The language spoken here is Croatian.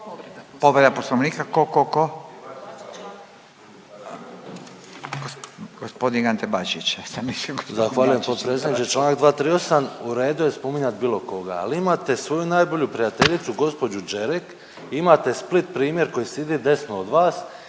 Povreda Poslovnika, tko, tko, tko? G. Ante Bačić. **Bačić, Ante (HDZ)** Zahvaljujem potpredsjedniče, čl. 238, u redu je spominjati bilo koga, ali imate svoju najbolju prijateljicu gđu Đerek i imate Split primjer koji sidi desno od vas